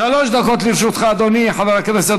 שלוש דקות לרשותך, אדוני חבר הכנסת